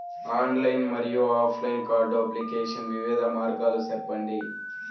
Online మరియు offline card application వివిధ మార్గాలు సెప్పండి?